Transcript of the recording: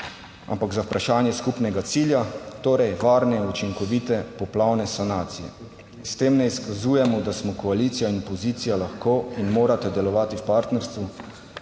ampak za vprašanje skupnega cilja, torej varne, učinkovite poplavne sanacije. S tem ne izkazujemo, da smo koalicija in opozicija lahko in morate delovati v partnerstvu